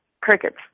Crickets